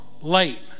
light